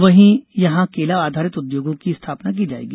वहीं यहां केला आधारित उद्योगों की स्थापना की जायेगी